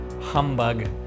humbug